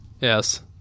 Yes